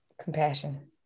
compassion